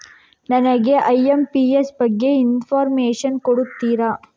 ನನಗೆ ಐ.ಎಂ.ಪಿ.ಎಸ್ ಬಗ್ಗೆ ಇನ್ಫೋರ್ಮೇಷನ್ ಕೊಡುತ್ತೀರಾ?